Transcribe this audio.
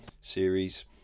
series